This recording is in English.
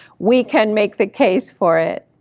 we can make the case for it.